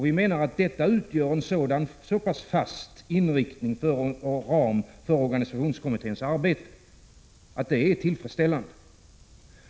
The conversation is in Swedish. Vi menar att detta utgör en så pass fast inriktning och ram för organisationskommitténs arbete att det är tillfredsställande.